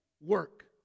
work